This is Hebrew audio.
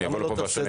למה לא הפוך?